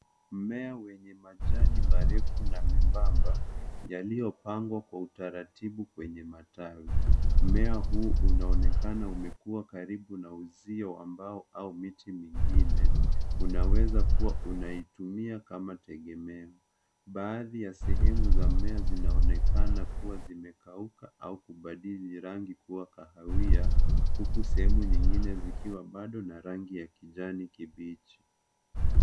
Mmea wenye majani marefu na membamba yaliyopangwa kwa utaratibu kwenye matawi. Mmea huu unaonekana umekuwa karibu na uzio wa mbao au miti mingine. Unaweza kuwa unaitumia kama tegemeo. Baadhi ya sehemu za mmea zinaonekana kuwa zimekauka au kubadili rangi kuwa kahawia huku sehemu zingine zikiwa bado na rangi ya kijani kibichi.